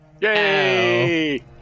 Yay